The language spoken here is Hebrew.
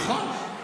נכון.